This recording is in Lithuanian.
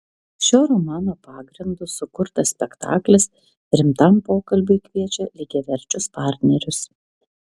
šio romano pagrindu sukurtas spektaklis rimtam pokalbiui kviečia lygiaverčius partnerius